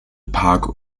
park